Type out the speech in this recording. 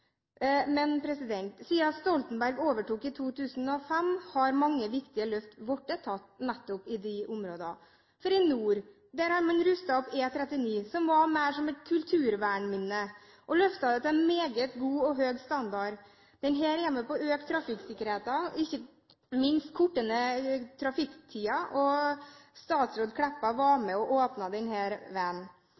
Men siden Stoltenberg overtok i 2005, har mange viktige løft blitt tatt nettopp i de områdene. I nord har man rustet opp E39, som var mer som et kulturvernminne, og løftet den til en meget god og høy standard. Dette er med på å øke trafikksikkerheten og ikke minst korte ned trafikktiden. Statsråd Meltveit Kleppa var med på å åpne denne veien.